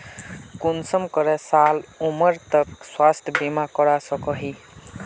कुंसम करे साल उमर तक स्वास्थ्य बीमा करवा सकोहो ही?